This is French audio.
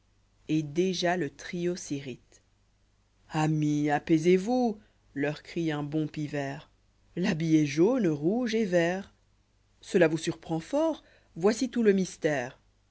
et déjà le trio s'irrite amis apaisez vous leur crie un bon pivert l'habit est jaune rouge et vert cela vous surprend fort voici tout le mystère